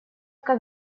как